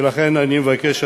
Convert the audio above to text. ולכן אני מבקש,